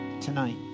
tonight